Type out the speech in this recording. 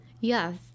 Yes